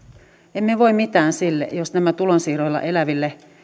emme voi mitään sille jos nämä tulonsiirroilla eläville